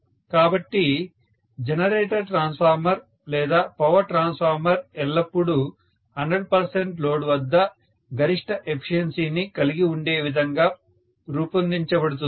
కాబట్టి generator transformer లేదా power transformer ఎల్లప్పుడూ 100 లోడ్ వద్ద గరిష్ట ఎఫిషియన్సీని కలిగి ఉండే విధంగా రూపొందించబడుతుంది